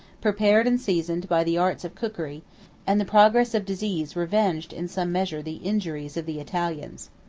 prepared and seasoned by the arts of cookery and the progress of disease revenged in some measure the injuries of the italians.